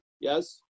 yes